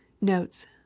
Notes